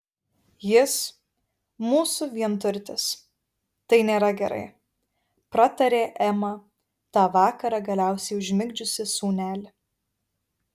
jis mūsų vienturtis tai nėra gerai pratarė ema tą vakarą galiausiai užmigdžiusi sūnelį